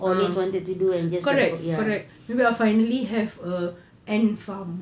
ah correct correct maybe finally have a ant farm